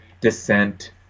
descent